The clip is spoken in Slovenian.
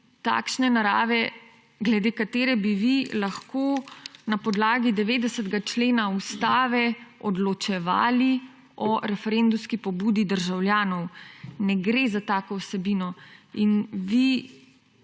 takšne narave, glede katere bi vi lahko na podlagi 90. člena Ustave odločevali o referendumski pobudi državljanov. Ne gre za tako vsebino. In vi